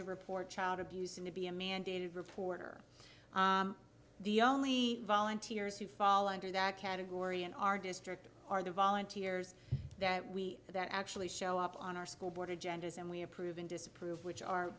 to report child abuse and to be a mandated reporter the only volunteers who fall under that category in our district are the volunteers that we that actually show up on our school board agendas and we approve disapprove which are